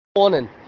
Morning